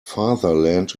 fatherland